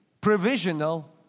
provisional